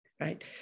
Right